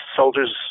soldiers